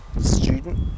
student